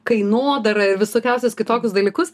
kainodarą ir visokiausius kitokius dalykus